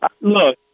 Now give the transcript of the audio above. Look